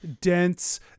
dense